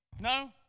No